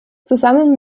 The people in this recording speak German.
zusammen